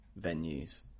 venues